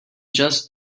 just